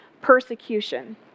persecution